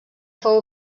fou